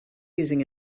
using